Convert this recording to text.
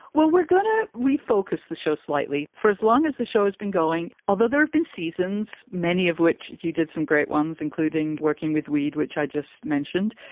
well, we're gonna refocus the show slightly. for as long as the show has been going, although there have been seasons, many of which you did some great ones, including working with weed, which i just mentioned.